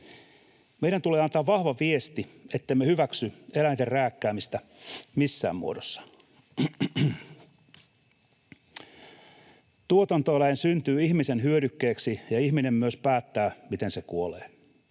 Meidän tulee antaa vahva viesti, ettemme hyväksy eläinten rääkkäämistä missään muodossa. Tuotantoeläin syntyy ihmisen hyödykkeeksi, ja ihminen myös päättää, miten se kuolee.